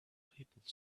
people